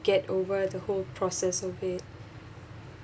get over the whole process of it